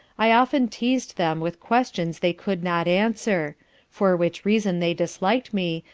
i often teazed them with questions they could not answer for which reason they disliked me,